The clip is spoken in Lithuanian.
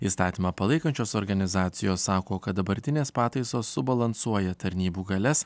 įstatymą palaikančios organizacijos sako kad dabartinės pataisos subalansuoja tarnybų galias